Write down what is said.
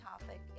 topic